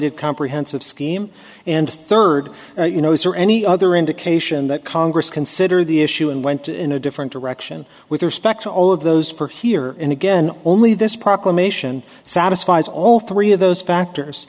good comprehensive scheme and third you know this or any other indication that congress consider the issue and went in a different direction with respect to all of those for here and again only this proclamation satisfies all three of those factors